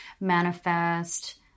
manifest